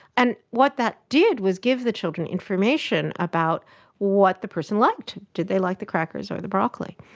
and what that did was give the children information about what the person liked. did they like the crackers or the broccoli.